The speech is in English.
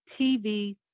TV